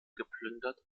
geplündert